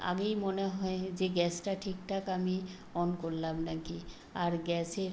আগেই মনে হয় যে গ্যাসটা ঠিকঠাক আমি অন করলাম নাকি আর গ্যাসের